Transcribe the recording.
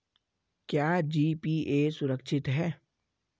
क्या जी.पी.ए सुरक्षित है?